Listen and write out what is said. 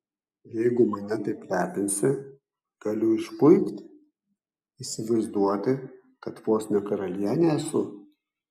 jeigu mane taip lepinsi galiu išpuikti įsivaizduoti kad vos ne karalienė esu